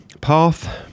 path